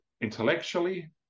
intellectually